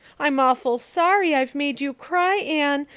i'm awful sorry i've made you cry, anne,